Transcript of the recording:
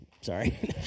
Sorry